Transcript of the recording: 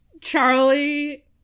charlie